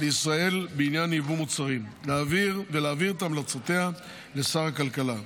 לישראל בעניין יבוא מוצרים ולהעביר את המלצותיה לשר הכלכלה.